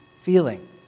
feeling